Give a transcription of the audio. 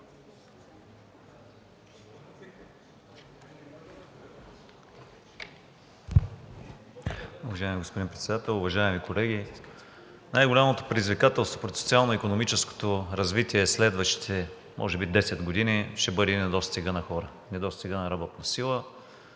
Уважаеми господин Председател, уважаеми колеги! Най-голямото предизвикателство пред социално-икономическото развитие в следващите може би 10 години ще е недостигът на хора, недостигът на работна сила.